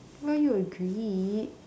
well you agreed